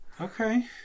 okay